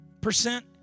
percent